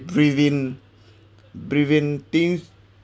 breathe in breathe in things